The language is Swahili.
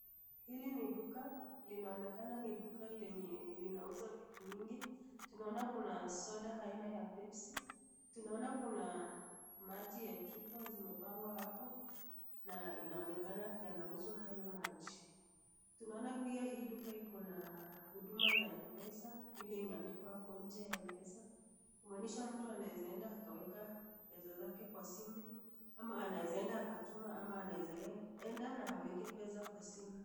Hili ni duka linaonekana duka lenye linauza vitu mingi, tunaona kuna soda aina ya pepsi, tunaona kuna maji ya chupa zimepangwa hapo na inaonekana yanauzwa hayo maji, tunaona pia hii duka kuna huduma za mpesa imeandikwa hapo nje mpesa kumanisha mtu anweza enda akaweka pesa zake kwa simu ama anaweza enda na aweke pesa kwa simu.